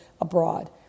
abroad